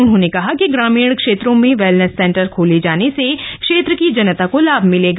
उन्होंने कहा कि ग्रामीण क्षेत्रो में वेलनेस सेंटर खोले जाने से क्षेत्र की जनता को लाभ मिलेगा